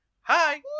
Hi